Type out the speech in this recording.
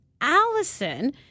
Allison